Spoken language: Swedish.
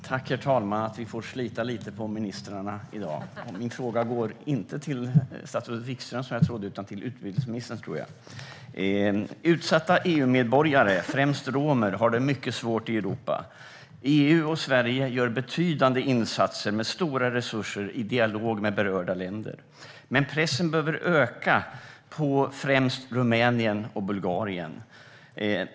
Herr talman! Vi får slita lite på ministrarna i dag. Min fråga går inte till statsrådet Wikström, vilket jag trodde, utan till utbildningsministern. Utsatta EU-medborgare, främst romer, har det mycket svårt i Europa. EU och Sverige gör betydande insatser med stora resurser och i dialog med berörda länder. Men pressen behöver öka, främst på Rumänien och Bulgarien.